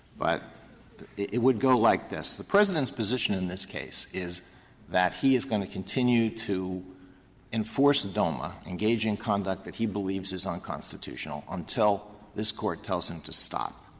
but it would go like this the president's position in this case is that he is going to continue to enforce doma, engage in conduct that he believes is unconstitutional, until this court tells him to stop.